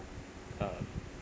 uh